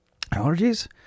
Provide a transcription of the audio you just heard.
allergies